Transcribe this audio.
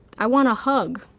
i want a hug.